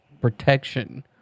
protection